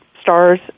stars